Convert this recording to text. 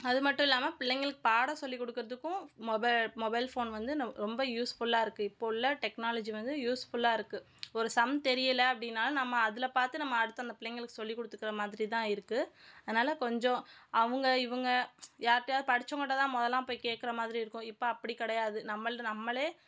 அது மட்டும் இல்லாமல் பிள்ளைங்களுக்கு பாடம் சொல்லி கொடுக்குறதுக்கும் மொபைல் மொபைல் ஃபோன் வந்து ரொம்ப யூஸ்ஃபுல்லாக இருக்குது இப்போ உள்ள டெக்னாலஜி வந்து யூஸ்ஃபுல்லாக இருக்குது ஒரு சம் தெரியல அப்படின்னாலும் நம்ம அதில் பார்த்து நம்ம அடுத்து அந்த பிள்ளைங்களுக்கு சொல்லி கொடுத்துக்குற மாதிரி தான் இருக்குது அதனால கொஞ்சம் அவங்க இவங்க யாருட்டயாவது படிச்சவங்க கிட்டே தான் மொதல்லாம் போய் கேக்கிற மாதிரி இருக்கும் இப்போ அப்படி கிடையாது நம்மள்ட்ட நம்மளே